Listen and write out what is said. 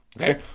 Okay